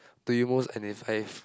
do you most identify